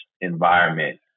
environment